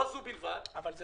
לא זו בלבד --- אבל זה